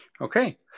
Okay